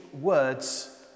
words